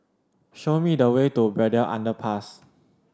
show me the way to Braddell Underpass